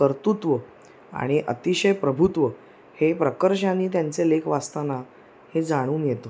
कर्तुत्व आणि अतिशय प्रभुत्व हे प्रकर्षाने त्यांचे लेख वाचताना हे जाणून येतं